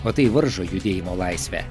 o tai varžo judėjimo laisvę